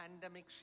pandemic